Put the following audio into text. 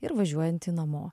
ir važiuojantį namo